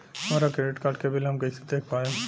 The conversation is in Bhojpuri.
हमरा क्रेडिट कार्ड के बिल हम कइसे देख पाएम?